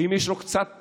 ואם יש לו גם קצת,